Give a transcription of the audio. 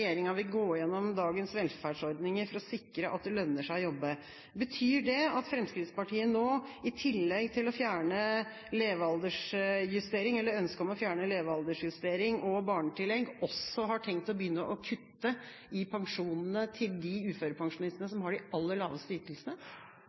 vil gå gjennom dagens velferdsordninger for å sikre at det lønner seg å jobbe. Betyr det at Fremskrittspartiet nå, i tillegg til ønsket om å fjerne levealdersjustering og barnetillegg, også har tenkt å begynne å kutte i pensjonene til de uførepensjonistene